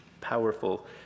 powerful